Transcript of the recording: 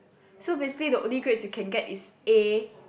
so basically the only grades you can get is A